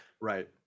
right